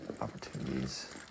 opportunities